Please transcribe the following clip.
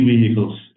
vehicles